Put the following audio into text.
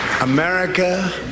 America